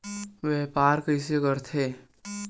व्यापार कइसे करथे?